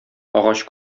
агач